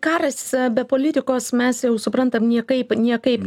karas be politikos mes jau suprantam niekaip niekaip